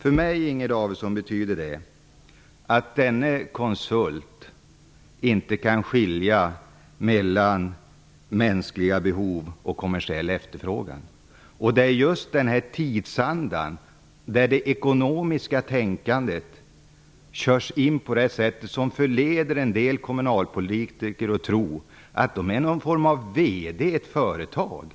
För mig, Inger Davidson, betyder det att denne konsult inte kan skilja mellan mänskliga behov och kommersiell efterfrågan. Det är just den här tidsandan där det ekonomiska tänkandet körs in på det sättet som förleder en del kommunalpolitiker att tro att de är något slags vd i ett företag.